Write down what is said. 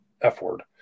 f-word